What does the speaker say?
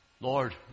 Lord